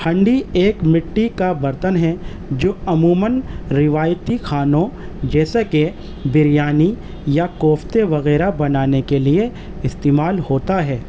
ہنڈی ایک مٹی کا برتن ہے جو عموماً روایتی کھانوں جیسا کہ بریانی یا کوفتے وغیرہ بنانے کے لیے استعمال ہوتا ہے